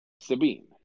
Sabine